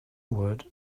word